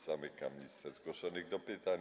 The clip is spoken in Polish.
Zamykam listę zgłoszonych do pytań.